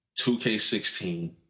2K16